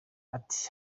ati